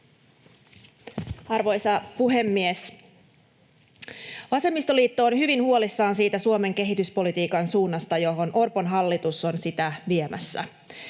Arvoisa puhemies! Vasemmistoliitto on hyvin huolissaan siitä Suomen kehityspolitiikan suunnasta, johon Orpon hallitus on sitä viemässä.